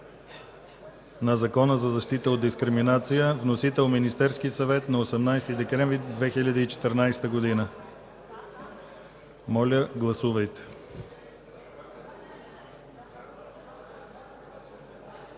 на Закона за защита от дискриминация с вносител Министерският съвет на 18 декември 2014 г. Моля, гласувайте.